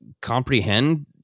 comprehend